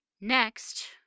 Next